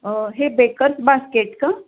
हे bakers basket का